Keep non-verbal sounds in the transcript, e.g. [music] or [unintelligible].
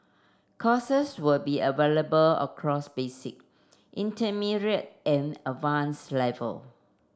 courses will be available across basic [unintelligible] and advanced level